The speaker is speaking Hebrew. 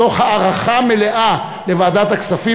מתוך הערכה מלאה לוועדת הכספים,